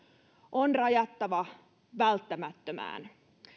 on rajattava välttämättömään